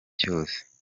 cyose